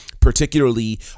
Particularly